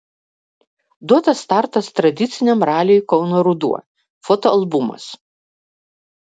duotas startas tradiciniam raliui kauno ruduo fotoalbumas